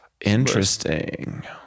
Interesting